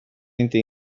inte